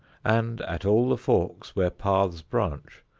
and at all the forks where paths branch,